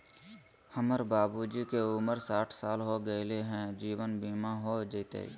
हमर बाबूजी के उमर साठ साल हो गैलई ह, जीवन बीमा हो जैतई?